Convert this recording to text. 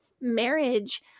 marriage